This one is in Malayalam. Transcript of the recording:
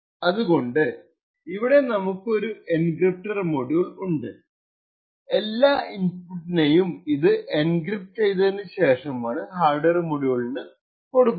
അതുകൊണ്ട് ഇവിടെ നമുക്കൊരു എൻക്രിപ്റ്റർ മൊഡ്യൂൾ ഉണ്ട് എല്ലാ ഇൻപുട്ടിനേയും ഇത് എൻക്രിപ്ട് ചെയ്ത്തിനു ശേഷമാണ് ഹാർഡ്വെയർ മൊഡ്യൂൾ വർക്കു ചെയ്യുന്നത്